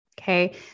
Okay